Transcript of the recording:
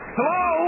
Hello